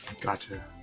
Gotcha